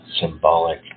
symbolic